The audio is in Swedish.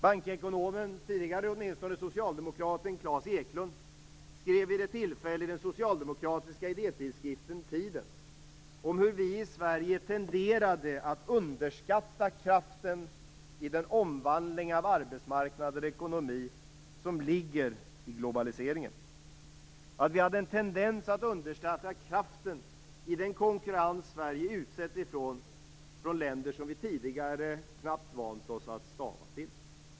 Bankekonomen, och åtminstone tidigare socialdemokraten, Klas Eklund skrev vid ett tillfälle i den socialdemokratiska idétidskriften Tiden om hur vi i Sverige tenderade att underskatta kraften i den omvandling av arbetsmarknader och ekonomi som ligger i globaliseringen, att vi hade en tendens att underskatta kraften i den konkurrens Sverige utsätts för från länder som vi tidigare knappt vant oss att stava till.